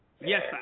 Yes